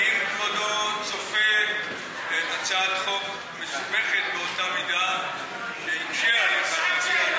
האם כבודו צופה הצעת חוק מסובכת באותה מידה שיקשה עליך להגיע,